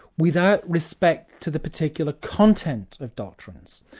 without respect to the particular content of doctrines.